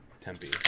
Tempe